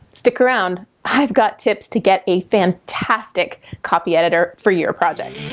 stick around, i've got tips to get a fantastic copy editor for your project.